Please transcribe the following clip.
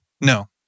No